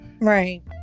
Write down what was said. Right